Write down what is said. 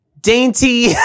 dainty